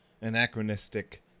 anachronistic